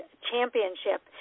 Championship